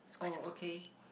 oh okay